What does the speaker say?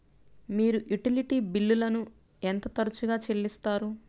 మీరు యుటిలిటీ బిల్లులను ఎంత తరచుగా చెల్లిస్తారు?